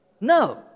No